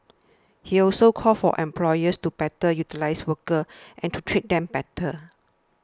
he also called for employers to better utilise workers and to treat them better